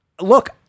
Look